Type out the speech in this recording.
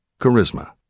charisma